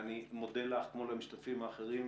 ואני מודה לך, כמו למשתתפים אחרים.